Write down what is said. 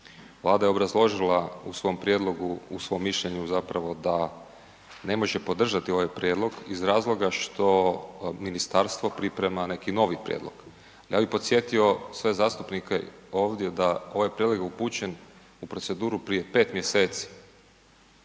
Vlada je obrazložila u svom prijedlogu, u svom mišljenju zapravo da ne može podržati ovaj prijedlog iz razloga što ministarstvo priprema neki novi prijedlog. Ja bih podsjetio sve zastupnike ovdje da ovaj prijedlog je upućen u proceduru prije 5 mjeseci.